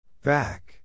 Back